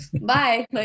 bye